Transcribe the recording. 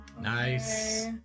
Nice